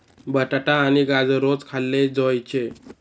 बटाटा आणि गाजर रोज खाल्ले जोयजे